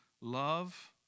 love